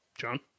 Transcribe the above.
John